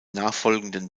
nachfolgenden